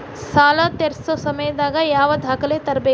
ಸಾಲಾ ತೇರ್ಸೋ ಸಮಯದಾಗ ಯಾವ ದಾಖಲೆ ತರ್ಬೇಕು?